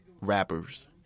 rappers